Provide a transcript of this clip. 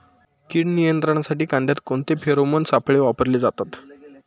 कीड नियंत्रणासाठी कांद्यात कोणते फेरोमोन सापळे वापरले जातात?